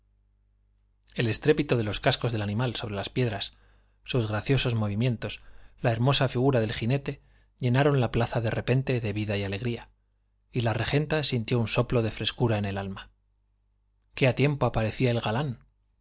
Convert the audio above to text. el estrépito de los cascos del animal sobre las piedras sus graciosos movimientos la hermosa figura del jinete llenaron la plaza de repente de vida y alegría y la regenta sintió un soplo de frescura en el alma qué a tiempo aparecía el galán